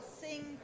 sing